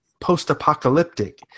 post-apocalyptic